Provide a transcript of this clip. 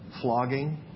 flogging